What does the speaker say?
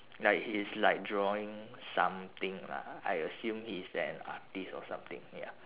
like he's like drawing something lah I assume he's an artist or something ya